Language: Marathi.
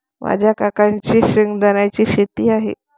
माझ्या काकांची शेंगदाण्याची शेती आहे